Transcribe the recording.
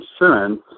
insurance